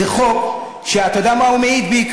זה חוק שאתה יודע על מה הוא מעיד בעיקר?